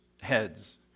heads